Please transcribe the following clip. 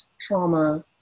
trauma